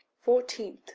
fourteen.